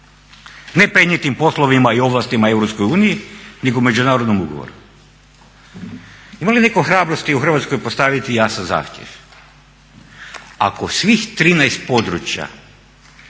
ne prenijetim poslovima i ovlastima EU nego međunarodnom ugovoru. Ima li netko u hrabrosti u Hrvatskoj postaviti jasan zahtjev ako svih 13 područja